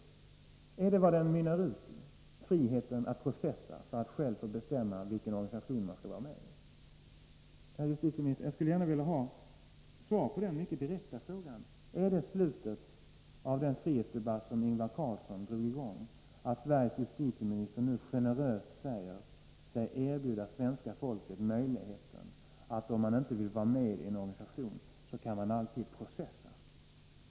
Är detta vad den debatten mynnar ut i friheten att processa när man själv vill bestämma vilken organisation man skall vara med i? Jag skulle gärna vilja ha svar på denna mycket direkta fråga. Är resultatet av den frihetsdebatt som Ingvar Carlsson drog i gång, att Sveriges justitieminister nu generöst säger sig erbjuda svenska folket möjligheten att processa, om man inte vill vara med i en organisation?